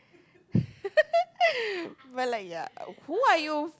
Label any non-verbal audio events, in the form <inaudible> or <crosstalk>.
<laughs> but like ya who are you